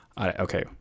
Okay